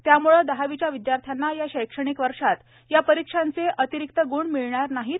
त्याम्ळे दहावीच्या विद्यार्थ्यांना या शैक्षणिक वर्षात या परीक्षांचे अतिरिक्त गुण मिळणार नाहीत